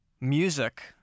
music